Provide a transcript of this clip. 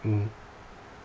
mmhmm